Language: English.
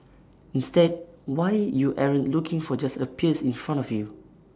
instead why you aren't looking for just appears in front of you